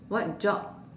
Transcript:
what job